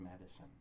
medicine